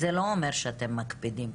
זה לא אומר שאתם מקפידים.